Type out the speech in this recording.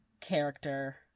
character